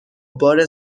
بار